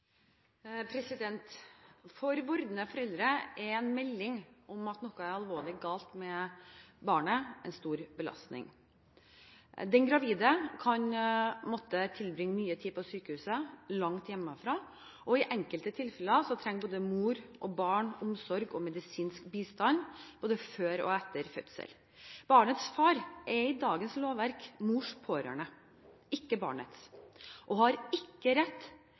vordende foreldre er melding om at noe er alvorlig galt med barnet en stor belastning. Den gravide kan måtte tilbringe mye tid på sykehus langt hjemmefra. I enkelte tilfeller trenger både mor og barn omsorg og medisinsk bistand før og etter fødsel. Barnets far er i dagens lovverk mors pårørende, ikke barnets, og har ikke rett